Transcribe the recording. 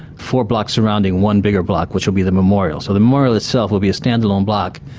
four blocks surrounding one bigger block, which will be the memorial. so the memorial itself will be a standalone block,